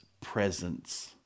presence